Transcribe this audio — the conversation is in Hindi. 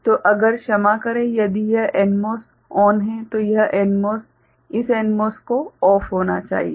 तो अगर क्षमा करें यदि यह NMOS चालू है तो यह NMOS इस NMOS को बंद होना चाहिए